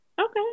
okay